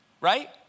right